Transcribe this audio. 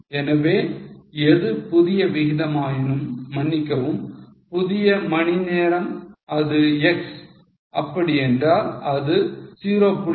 எனவே எது புதிய விகிதம் ஆயினும் மன்னிக்கவும் புதிய மணி நேரம் அது x அப்படி என்றால் அது 0